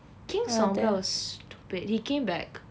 king soundra was stupid he came back